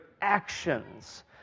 actions